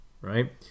right